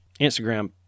Instagram